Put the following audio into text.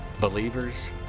Believers